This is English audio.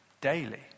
daily